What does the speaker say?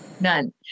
none